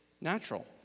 natural